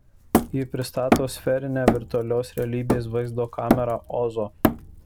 ji pristato sferinę virtualios realybės vaizdo kamerą ozo